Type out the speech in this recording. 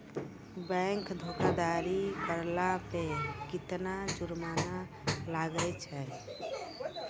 Bank धोखाधड़ी करला पे केतना जुरमाना लागै छै?